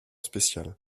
spécial